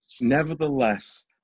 Nevertheless